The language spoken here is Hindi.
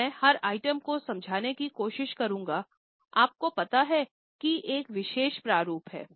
अब मैं हर आइटम को समझाने की कोशिश करूँगा आपको पता है कि एक विशेष प्रारूप है